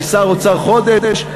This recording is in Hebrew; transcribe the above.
אני שר אוצר חודש,